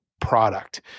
product